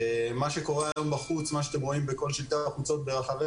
מה שאתם רואים בכל שלטי החוצות ברחבי